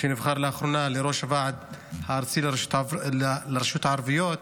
שנבחר לאחרונה לראש הוועד הארצי לרשויות הערביות.